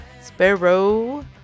Sparrow